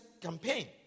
campaign